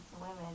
women